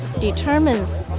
determines